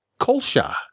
Kolsha